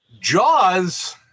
Jaws